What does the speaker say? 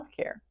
Healthcare